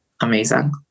Amazing